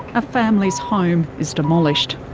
a family's home is demolished.